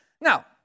Now